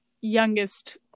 youngest